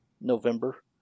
November